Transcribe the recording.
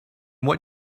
what